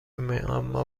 معما